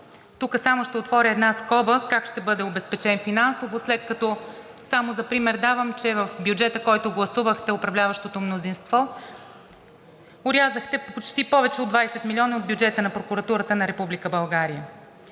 Тук само ще отворя една скоба: как ще бъде обезпечен финансово, след като, само за пример давам, че в бюджета, който гласувахте – управляващото мнозинство, орязахте почти повече от 20 милиона от бюджета на Прокуратурата на